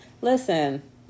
listen